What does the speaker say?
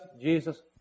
Jesus